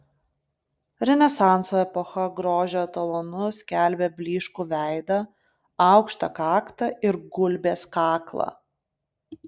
renesanso epocha grožio etalonu skelbė blyškų veidą aukštą kaktą ir gulbės kaklą